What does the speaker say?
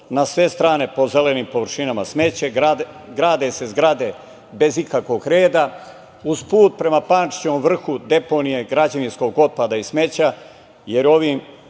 na sve strane po zelenim površinama smeće, grade se zgrade bez ikakvog reda. Uz put prema Pančićevom vrhu deponija je građevinskog otpada i smeća, jer je ovim